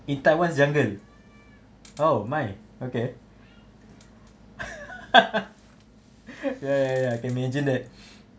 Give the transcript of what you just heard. in taiwan's jungle oh my okay ya ya ya can imagine that